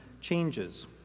changes